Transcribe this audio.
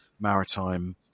maritime